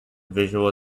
visual